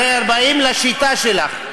הרי לפי השיטה שלך,